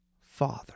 father